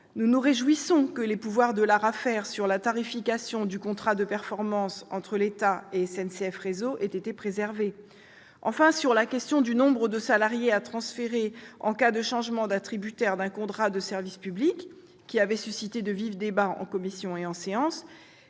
Nous nous réjouissons que les pouvoirs de l'ARAFER en matière de tarification du contrat de performance entre l'État et SNCF Réseau aient été préservés. Enfin, concernant la fixation du nombre de salariés à transférer en cas de changement d'attributaire d'un contrat de service public, sujet qui avait suscité de vifs débats en commission et en séance,